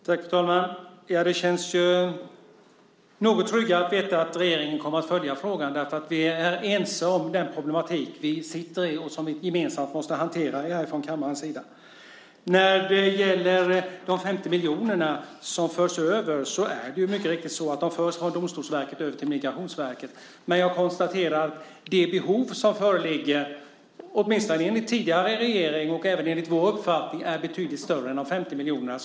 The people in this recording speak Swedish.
Fru talman! Det känns ju något tryggare att veta att regeringen kommer att följa frågan, därför att vi är ense om den problematik vi sitter i och som vi gemensamt måste hantera härifrån kammarens sida. När det gäller de 50 miljonerna som förs över är det mycket riktigt så att de förs från Domstolsverket över till Migrationsverket. Men jag konstaterar att det behov som föreligger - åtminstone enligt tidigare regering, och även enligt vår uppfattning - är betydligt större än de 50 miljonerna.